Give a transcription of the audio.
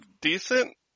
decent